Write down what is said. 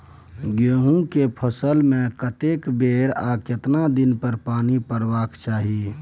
गेहूं के फसल मे कतेक बेर आ केतना दिन पर पानी परबाक चाही?